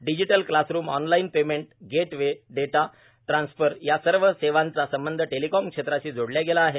digital classroom online payment gateway data transfer या सर्व सेवांचा संबंध दसंचार क्षेत्राशी जोडल्या गेला आहेत